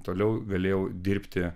toliau galėjau dirbti